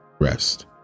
rest